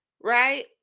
right